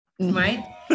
right